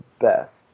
best